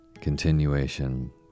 continuation